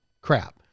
crap